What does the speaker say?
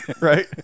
right